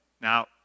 Now